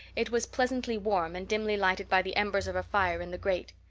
it was pleasantly warm and dimly lighted by the embers of a fire in the grate.